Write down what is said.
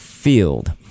field